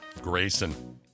Grayson